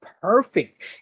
perfect